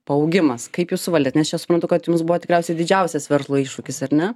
paaugimas kaip jūs suvaldėt nes čia suprantu kad jums buvo tikriausiai didžiausias verslo iššūkis ar ne